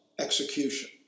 execution